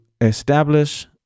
establish